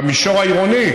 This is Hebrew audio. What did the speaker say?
במישור העירוני,